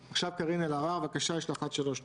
קארין אלהרר, בבקשה, יש לך עד שלוש דקות.